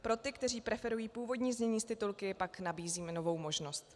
Pro ty, kteří preferují původní znění s titulky, pak nabízíme novou možnost.